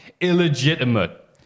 illegitimate